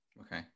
Okay